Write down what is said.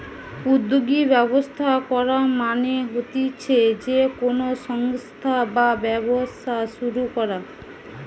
উদ্যোগী ব্যবস্থা করা মানে হতিছে যে কোনো সংস্থা বা ব্যবসা শুরু করা